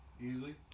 Easily